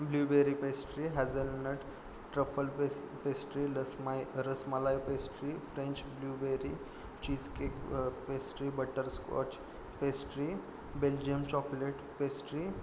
blueberry pastry hazelnut truffle पेस pastry लसमय rasmalai pastry French blueberry cheese cake pastry butterscotch pastry Belgium chocolate pastry